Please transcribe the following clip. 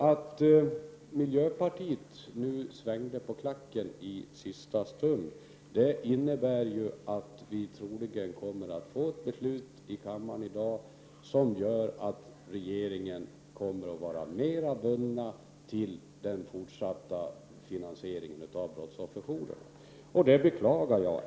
Att miljöpartiet nu svängde på klacken i sista stund innebär att vi troligen kommer att få ett beslut i kammaren i dag som gör att regeringen blir mera bunden till den fortsatta finansieringen av brottsofferjourer, och det beklagar jag.